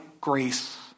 grace